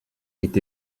est